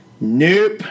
Nope